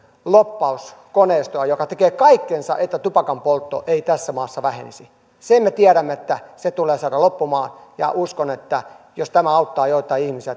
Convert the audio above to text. lobbauskoneistoa joka tekee kaikkensa että tupakanpoltto ei tässä maassa vähenisi sen me tiedämme että se tulee saada loppumaan ja uskon että jos tämä sähkötupakka auttaa joitain ihmisiä